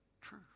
true